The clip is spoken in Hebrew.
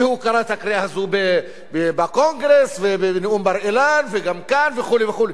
והוא קרא את הקריאה הזאת בקונגרס ובנאום בר-אילן וגם כאן וכו' וכו'.